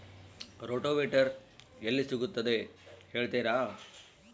Rotavator ಎಲ್ಲಿ ಸಿಗುತ್ತದೆ ಹೇಳ್ತೇರಾ?